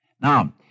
Now